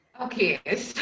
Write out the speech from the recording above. okay